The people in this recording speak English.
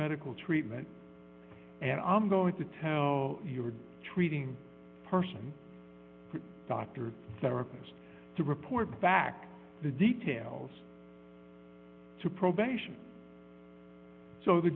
medical treatment and i'm going to tell your treating person doctor therapist to report back the details to probation so the